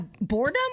boredom